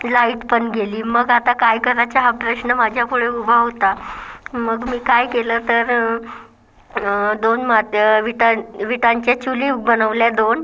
light पण गेली मग आता काय करायचं हा प्रश्न माझ्यापुढे उभा होता मग मी काय केलं तर दोन मात विटां विटांच्या चुली बनवल्या दोन